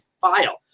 file